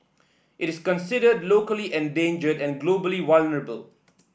it is considered locally endangered and globally vulnerable